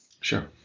Sure